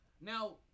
Now